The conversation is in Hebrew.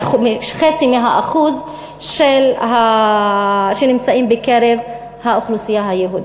חצי מהאחוז שנמצא בקרב האוכלוסייה היהודית.